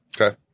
okay